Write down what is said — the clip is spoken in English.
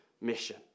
mission